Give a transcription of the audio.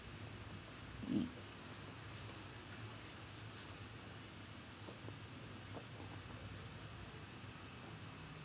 mm